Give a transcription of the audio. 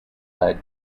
led